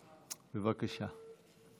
בבקשה.